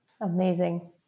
Amazing